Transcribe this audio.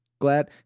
glad